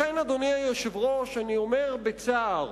לכן, אדוני היושב-ראש, אני אומר בצער